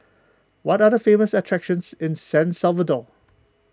what are the famous attractions in San Salvador